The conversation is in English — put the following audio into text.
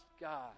God